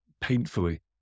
painfully